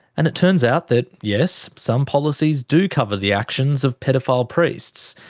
and it turns out that, yes, some policies do cover the actions of paedophile priests.